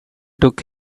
took